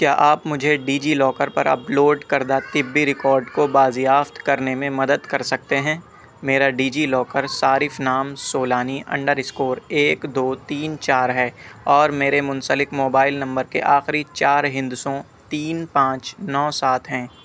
کیا آپ مجھے ڈیجی لاکر پر اپ لوڈ کردہ طبی ریکاڈ کو بازیافت کرنے میں مدد کر سکتے ہیں میرا ڈیجی لاکر صارف نام سولانی انڈر اسکور ایک دو تین چار ہے اور میرے منسلک موبائل نمبر کے آخری چار ہندسوں تین پانچ نو سات ہیں